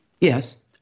Yes